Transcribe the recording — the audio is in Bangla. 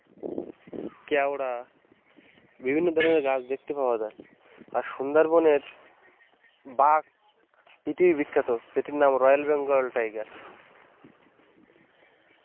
ক্যাওড়া বিভিন্ন ধরনের গাছ দেখতে পাওয়া যায় আর সুন্দরবনের বাঘ পৃথিবী বিখ্যাত সেটির নাম রয়েল বেঙ্গল টাইগার